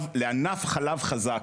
לענף חלב חזק.